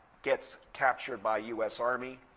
gets captured by us army.